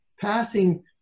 passing